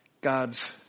God's